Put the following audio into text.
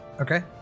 Okay